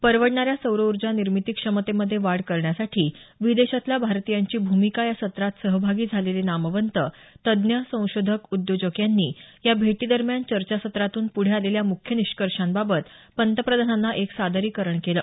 परवडणाऱ्या सौर ऊर्जा निर्मिती क्षमतेमध्ये वाढ करण्यासाठी विदेशातल्या भारतीयांची भूमिका या सत्रात सहभागी झालेले नामवंत तज्ञ संशोधक उद्योजक यांनी या भेटीदरम्यान चर्चासत्रातून पुढे आलेल्या मुख्य निष्कर्षांबाबत पंतप्रधानांना एक सादरीकरण केलं